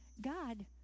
God